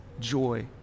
joy